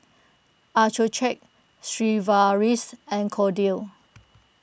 Accucheck Sigvaris and Kordel's